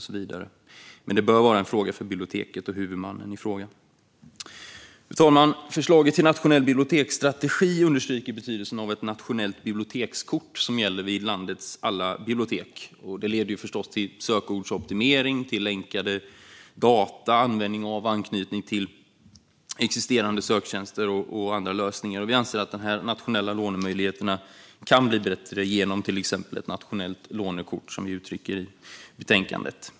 Men det bör vara en fråga för biblioteket och huvudmannen. Fru talman! Förslaget till nationell biblioteksstrategi understryker betydelsen av ett nationellt bibliotekskort som gäller på landets alla bibliotek och leder till sökordsoptimering, länkade data, användning av och anknytning till existerande söktjänster och andra lösningar. Vi anser att de nationella lånemöjligheterna kan bli bättre genom till exempel ett nationellt lånekort, vilket vi uttrycker i betänkandet.